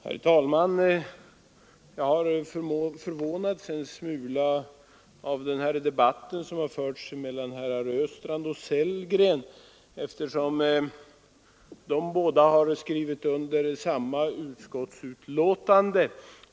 Herr talman! Jag har förvånats en smula av den debatt som förts mellan herrar Östrand och Sellgren, eftersom de båda har skrivit under samma utskottsbetänkande.